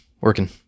working